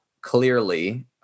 clearly